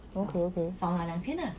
okay okay